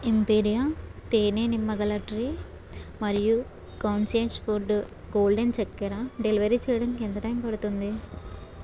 ఎంపీరియా తేనె నిమ్మ గల ట్రీ మరియు కాన్షియస్ ఫుడ్ గోల్డెన్ చక్కెర డెలివర్ చేయడానికి ఎంత టైం పడుతుంది